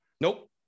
Nope